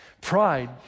Pride